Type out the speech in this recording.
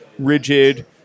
rigid